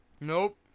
nope